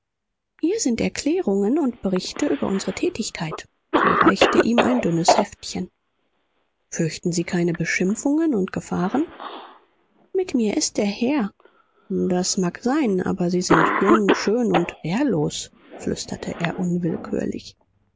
hier sind erklärungen und berichte über unsere tätigkeit sie reichte ihm ein dünnes heftchen fürchten sie keine beschimpfungen und gefahren mit mir ist der herr das mag sein aber sie sind jung schön und wehrlos flüsterte er unwillkürlich